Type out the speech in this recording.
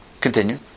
Continue